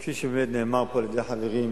כפי שבאמת נאמר פה על-ידי החברים,